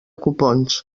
copons